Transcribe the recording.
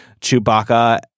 Chewbacca